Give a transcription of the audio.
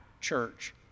church